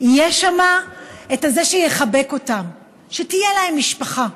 יהיה שם זה שיחבק אותם, שתהיה להם משפחה.